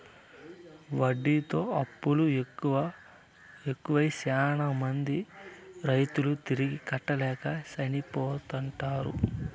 వడ్డీతో అప్పులు ఎక్కువై శ్యానా మంది రైతులు తిరిగి కట్టలేక చనిపోతుంటారు